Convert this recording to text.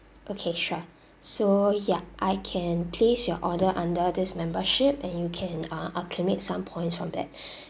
okay sure so yup I can place your order under this membership and you can uh accumulate upcoming some points from that